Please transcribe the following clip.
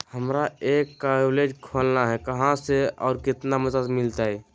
हमरा एक कॉलेज खोलना है, कहा से और कितना मदद मिलतैय?